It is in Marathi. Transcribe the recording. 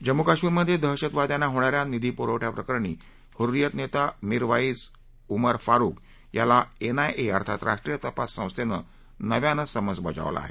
जम्मू कश्मीरमधे दहशतवाद्यांना होणा या निधीपुरवठयाप्रकरणी हर्रीयत नेता मीरवाइज़ उमर फारूख़ याला एनआयए अर्थात राष्ट्रीय तपास संस्थेनं नव्यानं समन्स बजावला आहे